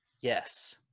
Yes